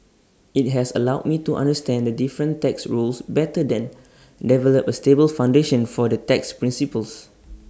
IT has allowed me to understand the different tax rules better then develop A stable foundation for the tax principles